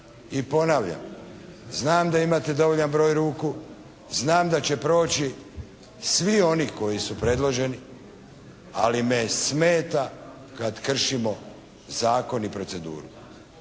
I ponavljam, znam da imate dovoljan broj ruku, znam da će proći svi oni koji su predloženi, ali me smeta kada kršimo zakon i proceduru.